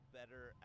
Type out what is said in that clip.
better